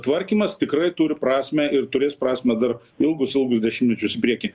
tvarkymas tikrai turi prasmę ir turės prasmę dar ilgus ilgus dešimtmečius į priekį